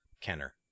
Kenner